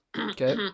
Okay